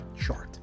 short